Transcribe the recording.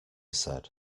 said